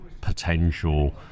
potential